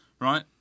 right